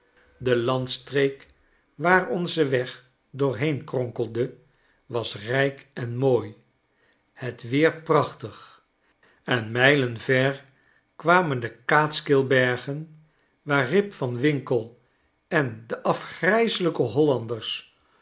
de landstreek waar onze weg doorheen kronkelde was rijk en mooi het weer prachtig en mijlen ver kwamen de kaatskillbergen waar rip van winkel en de afgrijselijke hollanders